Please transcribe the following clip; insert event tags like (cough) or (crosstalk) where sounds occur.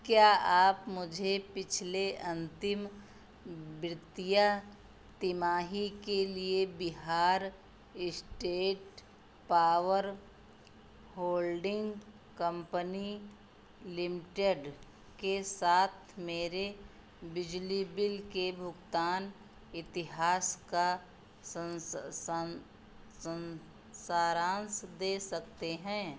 क्या आप मुझे पिछले अंतिम वित्तीय तिमाही के लिए Bihar State Power Holding Company Limited के साथ मेरे बिजली बिल के भुगतान इतिहास का (unintelligible) सारांश दे सकते हैं